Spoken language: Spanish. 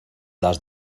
las